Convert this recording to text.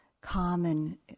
common